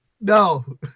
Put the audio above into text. no